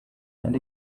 and